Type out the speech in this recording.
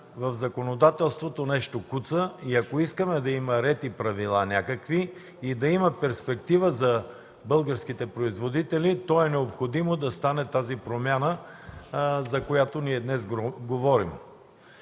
в законодателството нещо куца и ако искаме да има някакъв ред, правила и перспектива за българските производители, то е необходимо да стане тази промяна, за която говорим